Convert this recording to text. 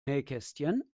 nähkästchen